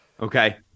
Okay